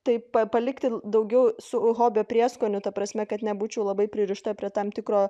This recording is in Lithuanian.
taip palikti daugiau su hobio prieskoniu ta prasme kad nebūčiau labai pririšta prie tam tikro